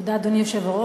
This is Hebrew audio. תודה, אדוני היושב-ראש.